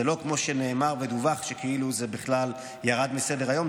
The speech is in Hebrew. זה לא כמו שנאמר ודווח שכאילו זה בכלל ירד מסדר-היום.